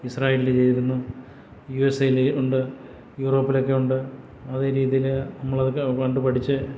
Israel ചെയ്തിരുന്നു U S എയിലേ ഉണ്ട് യൂറോപ്പിലൊക്കെയുണ്ട് അതേരീതിയില് നമ്മള് പണ്ട് പഠിച്ച്